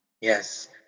Yes